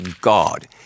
God